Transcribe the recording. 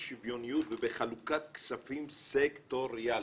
באי-שוויוניות ובחלוקת כספים סקטוריאלית.